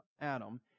Adam